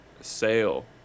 sale